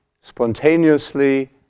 spontaneously